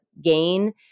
gain